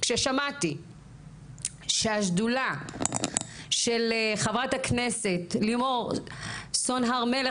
כששמעתי שהשדולה של חברת הכנסת לימור סון הר מלך,